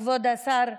כבוד השר,